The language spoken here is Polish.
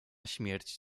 śmierć